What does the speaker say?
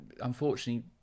unfortunately